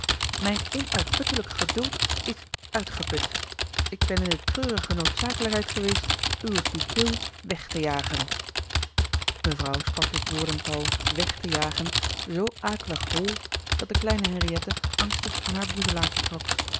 mijn onuitputtelijk geduld is uitgeput ik ben in de treurige noodzakelijkheid geweest uwen pupil weg te jagen mevrouw sprak dit woordental weg te jagen zoo akelig hol dat de kleine henriëtte angstig aan haar boezelaartje trok